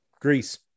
Greece